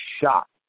shocked